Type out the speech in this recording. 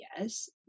Yes